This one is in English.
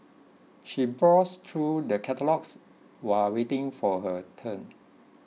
she browsed through the catalogues while waiting for her turn